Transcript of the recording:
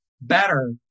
better